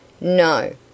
No